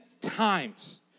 times